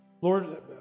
Lord